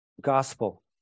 Gospel